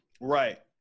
Right